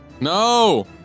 No